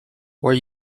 were